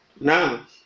Now